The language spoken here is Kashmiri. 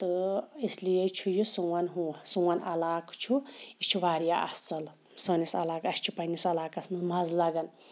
تہٕ اِسلیے چھُ یہِ سون ہہُ سون عَلاقہ چھُ یہِ چھُ واریاہ اَصل سٲنِس عَلاقَس اَسہِ چھِ پَننِس عَلاقَس مَنٛز مَزٕ لَگان